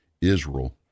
Israel